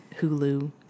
Hulu